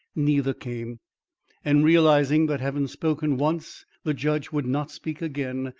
neither came and, realising that having spoken once the judge would not speak again,